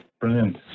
Brilliant